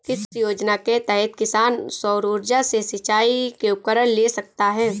किस योजना के तहत किसान सौर ऊर्जा से सिंचाई के उपकरण ले सकता है?